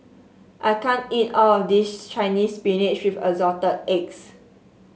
I can't eat all of this Chinese Spinach with Assorted Eggs